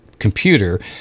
computer